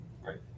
Right